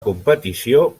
competició